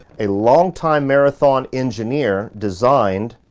a long-time marathon engineer designed